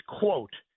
quote